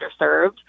underserved